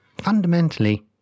Fundamentally